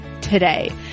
today